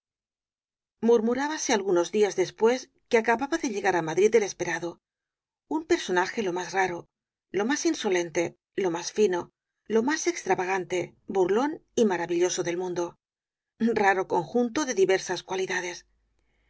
iii murmurábase algunos días después que acababa de llegar á madrid el esperado un personaje lo más raro lo más insolente lo más fino lo más extravagante burlón y maravilloso del mundo raro conjunto de diversas cualidades